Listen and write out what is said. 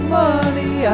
money